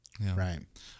Right